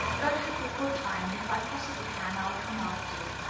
go have your good time, and if i possibly can, i'll come after you.